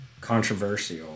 controversial